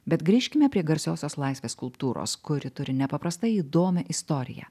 bet grįžkime prie garsiosios laisvės skulptūros kuri turi nepaprastai įdomią istoriją